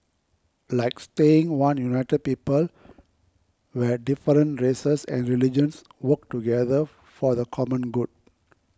like staying one united people where different races and religions work together for the common good